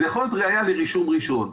זאת יכולה להיות ראיה לרישום ראשון.